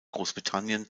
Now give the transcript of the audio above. großbritannien